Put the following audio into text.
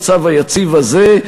המצב היציב הזה,